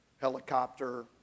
Helicopter